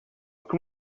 can